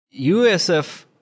USF